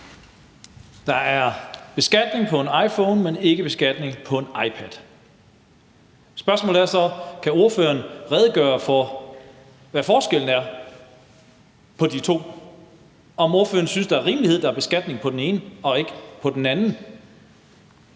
Der er beskatning på en iPhone, men ikke beskatning på en iPad. Spørgsmålet er så, om ordføreren kan redegøre for, hvad forskellen er på de to, og om ordføreren synes, der er rimelighed i, at der er beskatning på den ene, men ikke på den anden.